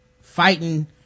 fighting